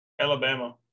Alabama